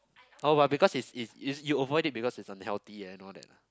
oh my because is is is you avoid it because it's unhealthy eh and know that lah